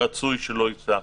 רצוי שלא ייסע עכשיו.